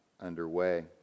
underway